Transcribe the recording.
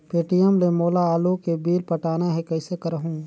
Paytm ले मोला आलू के बिल पटाना हे, कइसे करहुँ?